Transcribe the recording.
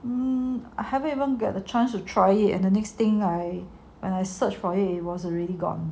um I haven't even get the chance to try it and the next thing I when I search for it was already gone